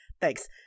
Thanks